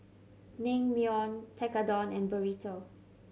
Naengmyeon Tekkadon and Burrito